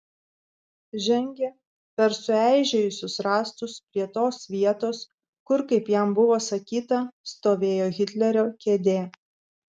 žengė per sueižėjusius rąstus prie tos vietos kur kaip jam buvo sakyta stovėjo hitlerio kėdė